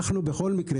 בכל מקרה,